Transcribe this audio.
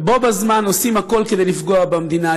ובו בזמן עושים הכול כדי לפגוע במדינה.